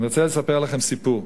אני רוצה לספר לכם סיפור.